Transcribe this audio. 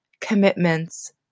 commitments